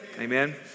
Amen